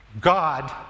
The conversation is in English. God